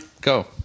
go